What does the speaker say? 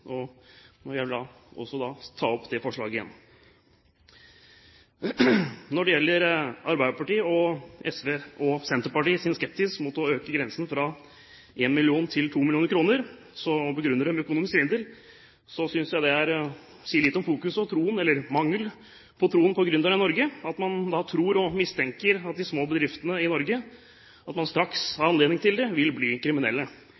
Når det gjelder Arbeiderpartiet, SV og Senterpartiets skepsis mot å øke grensen fra 1 mill. kr til 2 mill. kr, og begrunner det med økonomisk svindel, så synes jeg det sier litt om fokuset og troen – eller mangelen på tro – på gründere i Norge, at man tror og mistenker at de små bedriftene i Norge straks man har anledning til det, vil bli kriminelle.